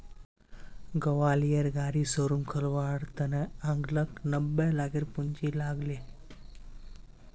ग्वालियरेर गाड़ी शोरूम खोलवार त न अंकलक नब्बे लाखेर पूंजी लाग ले